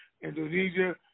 Indonesia